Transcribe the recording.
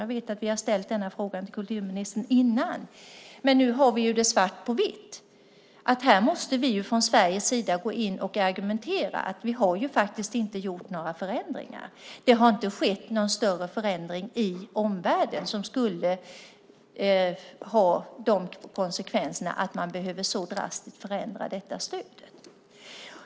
Jag vet att vi har ställt den frågan till kulturministern tidigare, men nu har vi det svart på vitt att här måste vi från Sveriges sida gå in och argumentera att vi ju faktiskt inte har gjort några förändringar. Det har inte skett någon större förändring i omvärlden som skulle ha de konsekvenserna att man så drastiskt behöver förändra detta stöd.